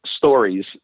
stories